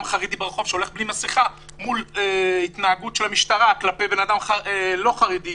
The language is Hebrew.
ברחוב שהולך בלי מסכה מול התנהגות של משטרה כלפי בן אדם לא חרדי,